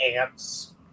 ants